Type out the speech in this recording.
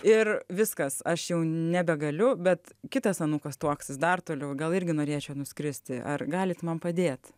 ir viskas aš jau nebegaliu bet kitas anūkas tuoksis dar toliau gal irgi norėčiau nuskristi ar galit man padėt